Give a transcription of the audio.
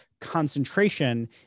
concentration